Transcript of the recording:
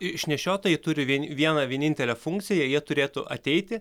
išnešiotojai turi vien vieną vienintelę funkciją jie turėtų ateiti